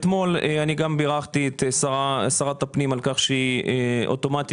אתמול אני גם בירכתי את שרת הפנים על כך שהיא אוטומטית,